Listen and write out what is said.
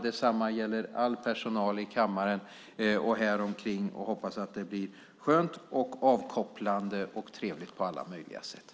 Detsamma gäller all personal i kammaren och här omkring. Jag hoppas att det blir skönt, avkopplande och trevligt på alla möjliga sätt.